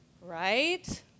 Right